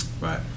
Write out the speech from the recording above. Right